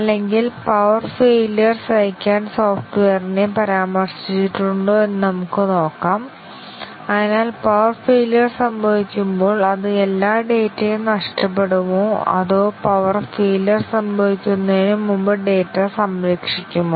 അല്ലെങ്കിൽ power failure സഹിക്കാൻ സോഫ്റ്റ്വെയറിനെ പരാമർശിച്ചിട്ടുണ്ടോ എന്ന് നമുക്ക് പറയാം അതിനാൽ പവർ ഫെയില്യുർ സംഭവിക്കുമ്പോൾ അത് എല്ലാ ഡാറ്റയും നഷ്ടപ്പെടുമോ അതോ പവർ ഫെയില്യുർ സംഭവിക്കുന്നതിന് മുമ്പ് ഡാറ്റ സംരക്ഷിക്കുമോ